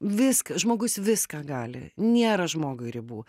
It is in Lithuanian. viską žmogus viską gali nėra žmogui ribų